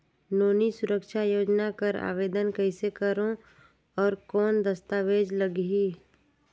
नोनी सुरक्षा योजना कर आवेदन कइसे करो? और कौन दस्तावेज लगही?